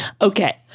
Okay